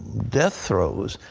death throws,